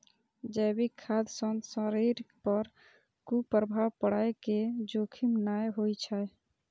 जैविक खाद्य सं शरीर पर कुप्रभाव पड़ै के जोखिम नै होइ छै